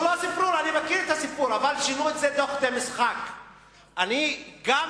אני מכיר את הסיפור, אבל שינו את זה תוך כדי משחק.